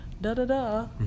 da-da-da